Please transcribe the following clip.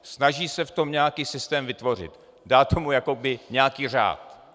Snaží se v tom nějaký systém vytvořit, dát tomu jakoby nějaký řád.